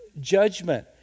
judgment